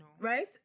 Right